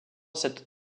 cette